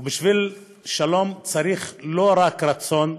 ובשביל שלום צריך רצון,